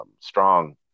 strong